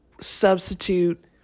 substitute